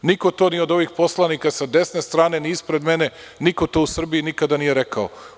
Niko to ni od ovih poslanika sa desne strane, ni ispred mene, niko to u Srbiji nije rekao.